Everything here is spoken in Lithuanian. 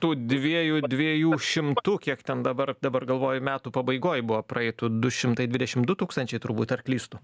tų dviejų dviejų šimtų kiek ten dabar dabar galvoju metų pabaigoj buvo praeitų du šimtai dvidešim du tūkstančiai turbūt ar klystu